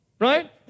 right